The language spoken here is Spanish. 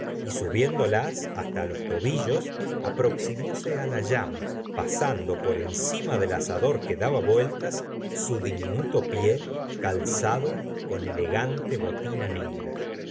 y subiéndolas hasta los tobillos aproximse la llama pasando por encima del asador que daba vueltas su diminuto pie calzado con elegante botina negra